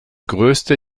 größte